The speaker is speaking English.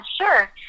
sure